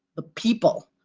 the people.